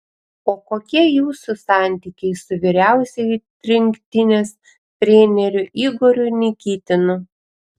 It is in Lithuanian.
o kokie jūsų santykiai su vyriausiuoju rinktinės treneriu igoriu nikitinu